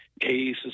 cases